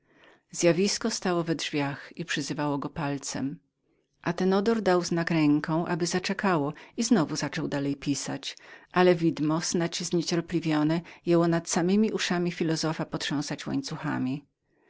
zjawisko stało we drzwiach i przyzywało go palcem athenagoras dał mu znak ręką aby zaczekało i znowu zaczął dalej pisać ale widmo znać zniecierpliwione jęło nad samemi uszami filozofa potrząsać łańcuchami